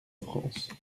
france